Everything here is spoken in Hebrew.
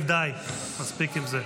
די, מספיק עם זה.